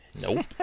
Nope